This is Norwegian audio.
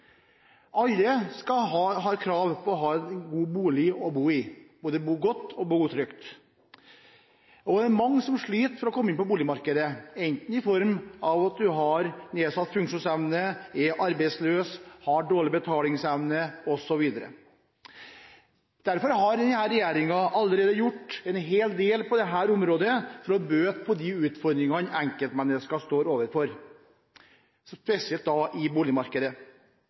Alle har krav på å ha en god bolig å bo i – bo både godt og trygt. Det er mange som sliter for å komme inn på boligmarkedet, i form av at en enten har nedsatt funksjonsevne, er arbeidsløs eller har dårlig betalingsevne osv. Derfor har denne regjeringen allerede gjort en hel del på dette området – for å bøte på de utfordringene enkeltmennesker står overfor, spesielt i boligmarkedet.